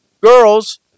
Girls